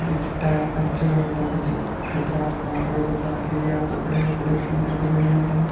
बिच्च tyre puncture होन तां खच खतरा होंदा अगर बंदा घिरी जा कपड़े कुपड़े पूरे भरोई जाने